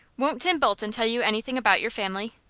won't tim bolton tell you anything about your family?